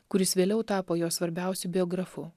kuris vėliau tapo jo svarbiausiu biografu